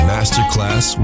Masterclass